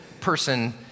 person